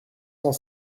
cent